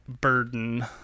burden